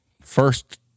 First